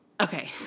Okay